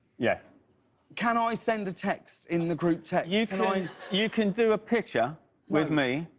yeah can i send a text in the group text? you can i mean you can do a picture with me,